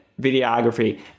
videography